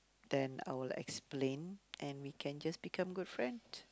then I will explain and we can just become good friends